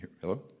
Hello